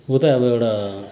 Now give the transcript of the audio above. उ त अब एउटा